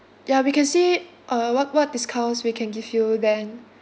ya we can see uh what what discounts we can give you then